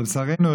אבל לצערנו,